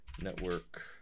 Network